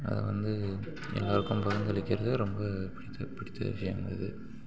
அதை வந்து எல்லோருக்கும் பகிர்ந்தளிக்கிறது ரொம்ப பிடிச்ச பிடித்த விஷயம்